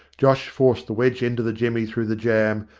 josh forced the wedge end of the jemmy through the jamb,